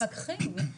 מפקחים,